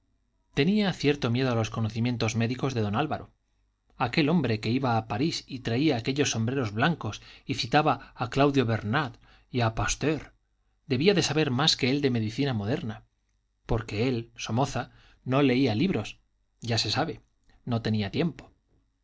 tenía cierto miedo a los conocimientos médicos de don álvaro aquel hombre que iba a parís y traía aquellos sombreros blancos y citaba a claudio bernard y a pasteur debía de saber más que él de medicina moderna porque él somoza no leía libros ya se sabe no tenía tiempo